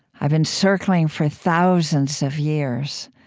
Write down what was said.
i've been circling for thousands of years